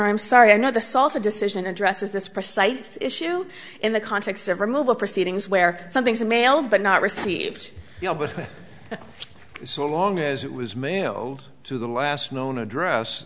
i'm sorry i know the salsa decision addresses this precise issue in the context of removal proceedings where something is a male but not received so long as it was me no to the last known address